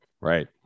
Right